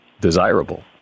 desirable